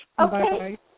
Okay